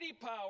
power